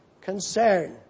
concern